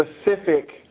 specific